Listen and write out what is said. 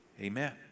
Amen